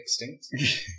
extinct